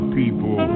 people